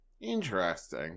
Interesting